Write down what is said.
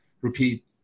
repeat